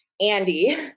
Andy